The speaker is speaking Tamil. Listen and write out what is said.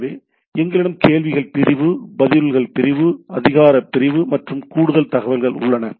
எனவே எங்களிடம் கேள்விகள் பிரிவு பதில்கள் பிரிவு அதிகாரப் பிரிவு மற்றும் கூடுதல் தகவல்கள் உள்ளன